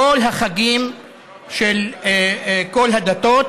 כל החגים של כל הדתות,